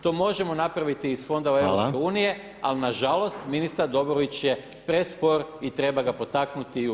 To možemo napraviti iz fondova EU ali nažalost ministar Dobrović je prespor i treba ga potaknuti i ubrzati.